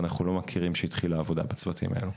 ואנחנו לא מכירים שהתחילה עבודה בצוותים האלו,